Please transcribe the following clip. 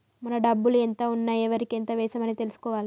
మన డబ్బులు ఎంత ఉన్నాయి ఎవరికి ఎంత వేశాము అనేది తెలుసుకోవాలే